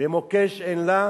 ומוקש אין לה.